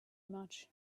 much